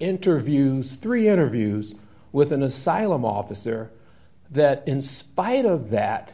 interviews three interviews with an asylum officer that in spite of that